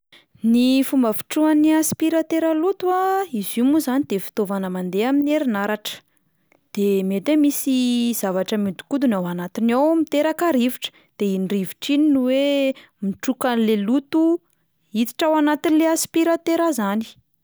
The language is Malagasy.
Ny fomba fitrohan'ny aspiratera loto a, izy io moa zany de fitaovana mandeha amin'ny herinaratra, de mety hoe misy zavatra mihodinkodina ao anatiny ao miteraka rivotra, de iny rivotra iny no hoe mitroka an'le loto hiditra ao anatin'le aspiratera zany.